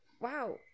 Wow